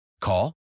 Call